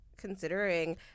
considering